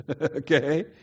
okay